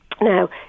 now